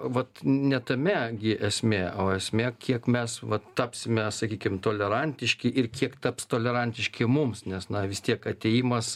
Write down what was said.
vat ne tame gi esmė o esmė kiek mes va tapsime sakykim tolerantiški ir kiek taps tolerantiški mums nes na vis tiek atėjimas